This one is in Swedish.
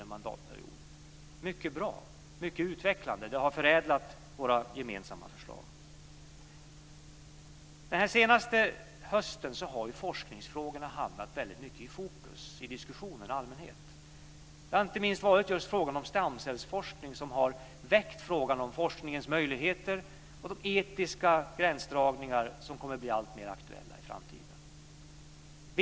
Det har varit ett mycket bra och utvecklande samarbete som har förädlat våra gemensamma förslag. Under den här hösten har forskningsfrågorna hamnat väldigt mycket i fokus i de allmänna diskussionerna. Det gäller inte minst frågan om stamcellsforskning som har väckt frågan om forskningens möjligheter och de etiska gränsdragningar som kommer att bli alltmer aktuella i framtiden.